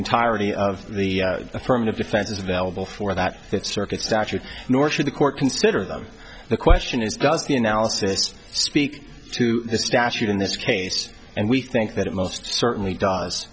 entirety of the affirmative defenses available for that fifth circuit statute nor should the court consider them the question is does the analysis speak to the statute in this case and we think that it most certainly does